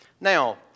Now